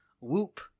Whoop